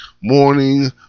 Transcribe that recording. morning